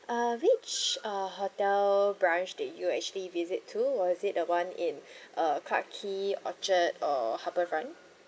uh which uh hotel branch that you actually visit to or is it the one in uh clarke quay orchard uh harbourfront